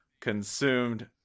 consumed